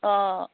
অঁ